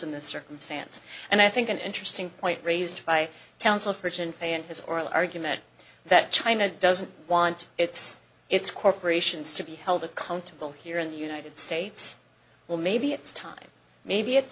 in this circumstance and i think an interesting point raised by counsel for it in paying his oral argument that china doesn't want its its corporations to be held accountable here in the united states well maybe it's time maybe it's